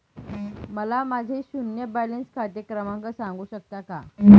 मला माझे शून्य बॅलन्स खाते क्रमांक सांगू शकता का?